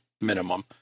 minimum